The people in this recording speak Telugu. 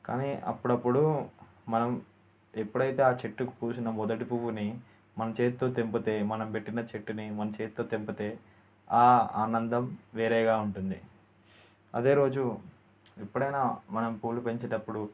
కానీ అప్పుడప్పుడు మనం ఎప్పుడైతే ఆ చెట్టుకు పూసిన మొదటి పువ్వుని మన చేతితో తెంపితే మనం పెట్టిన చెట్టుని మన చేతితో తెంపితే ఆ ఆనందం వేరేగా ఉంటుంది అదే రోజు ఎప్పుడైనా మనం పూలు తెంపేటప్పుడు